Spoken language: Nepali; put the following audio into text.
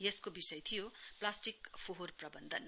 यसको विषय थियो प्लास्टिक फोहोर प्रबन्धन